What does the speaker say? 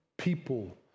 people